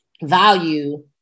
value